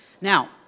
Now